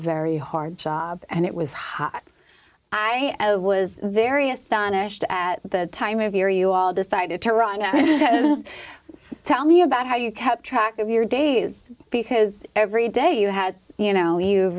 very hard job and it was hot i was very astonished at the time of year you all decided to run and tell me about how you kept track of your days because every day you had you know you